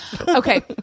Okay